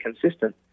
consistent